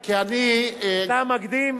כי אני, אתה מקדים אותי בשורה.